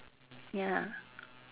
ya